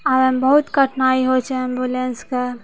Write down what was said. आबय मे बहुत कठिनाइ होइ छै एम्बुलेन्सके